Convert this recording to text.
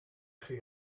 chi